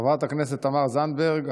חברת הכנסת תמר זנדברג.